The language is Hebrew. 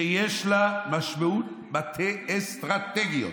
שיש לה משמעות מטה אסטרטגית,